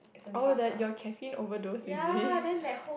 oh the you caffeine overdose it is